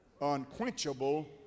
unquenchable